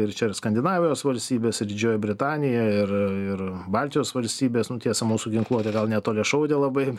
ir čia ir skandinavijos valstybės ir didžioji britanija ir ir baltijos valstybės nu tiesa mūsų ginkluotė gal ne toliašaudė labai